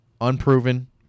unproven